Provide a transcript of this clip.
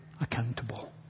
Accountable